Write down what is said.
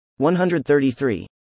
133